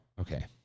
Okay